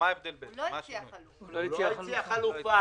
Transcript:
הוא לא הציע חלופה.